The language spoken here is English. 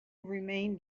remained